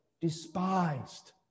despised